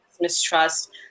mistrust